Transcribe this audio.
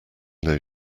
those